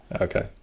Okay